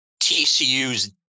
TCU's